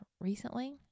recently